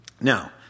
Now